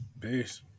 Peace